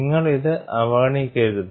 നിങ്ങൾ ഇത് അവഗണിക്കരുത്